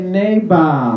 neighbor